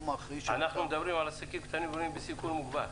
האחראי --- אנחנו מדברים על עסקים קטנים ובינוניים בסיכון מוגבר.